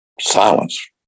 silence